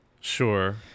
Sure